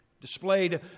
Displayed